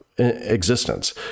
Existence